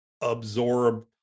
absorb